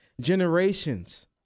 Generations